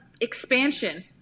expansion